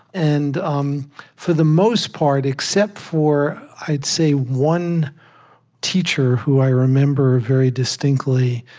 and um for the most part, except for, i'd say, one teacher who i remember very distinctly,